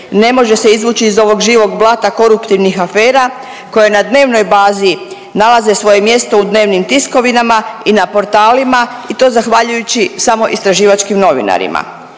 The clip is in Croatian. ne može se izvući iz ovog živog blata koruptivnih afera koje na dnevnoj bazi nalaze svoje mjesto u dnevnim tiskovinama i na portalima i to zahvaljujući samoistraživačkim novinarima.